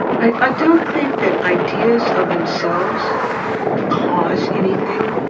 i don't think that ideas of themselves cause anything.